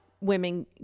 women